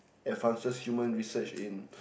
advances human research in